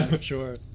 Sure